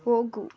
ಹೋಗು